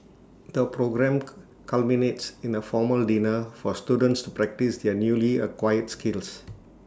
the programme culminates in A formal dinner for students to practise their newly acquired skills